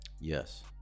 Yes